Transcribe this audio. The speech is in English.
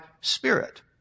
spirit